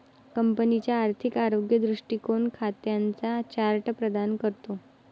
कंपनीचा आर्थिक आरोग्य दृष्टीकोन खात्यांचा चार्ट प्रदान करतो